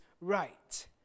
right